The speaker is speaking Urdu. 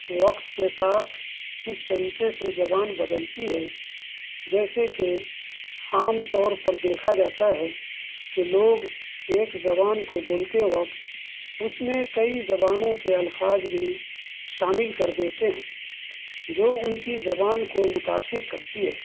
وقت کے ساتھ اس طریقے سے زبان بدلتی ہے جیسے کہ عام طور پر دیکھا جاتا ہے کہ لوگ ایک زبان کو بولتے وقت اس میں کئی زبانوں کے الفاظ بھی شامل کر دیتے ہیں جو ان کی زبان کو متاثر کرتی ہے